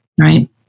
right